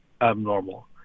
abnormal